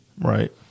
Right